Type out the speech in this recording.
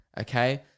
okay